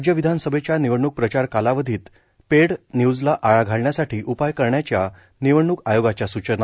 राज्य विधानसभेच्या निवडणूक प्रचार कालावधीत पेड व्यूजला आळा घालण्यासाठी उपाय करण्याच्या निवडणूक आयोगाच्या सूचना